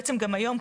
בעצם גם היום,